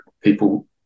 people